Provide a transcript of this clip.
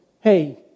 hey